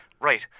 Right